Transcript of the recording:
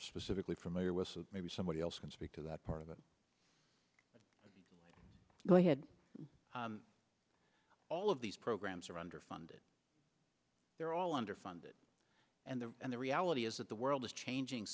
specifically familiar with maybe somebody else can speak to that part of it go ahead all of these programs are underfunded they're all underfunded and the and the reality is that the world is changing